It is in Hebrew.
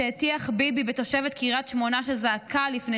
שהטיח ביבי בתושבת קריית שמונה שזעקה לפני